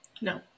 No